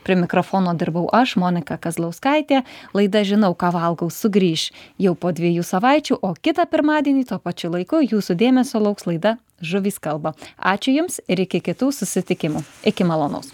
prie mikrofono dirbau aš monika kazlauskaitė laida žinau ką valgau sugrįš jau po dviejų savaičių o kitą pirmadienį tuo pačiu laiku jūsų dėmesio lauks laida žuvys kalba ačiū jums ir iki kitų susitikimų iki malonaus